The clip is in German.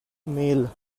mail